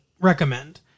recommend